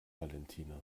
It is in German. valentina